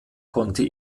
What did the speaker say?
konnte